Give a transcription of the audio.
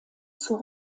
zur